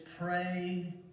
pray